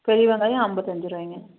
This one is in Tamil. பெரிய வெங்காயம் ஐம்பத்தஞ்சி ரூபாய்ங்க